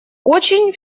очень